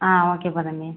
ஆ ஓகேப்பா தம்பி